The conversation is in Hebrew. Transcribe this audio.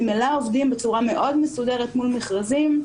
ממילא עובדות בצורה מאוד מסודרת מול מכרזים.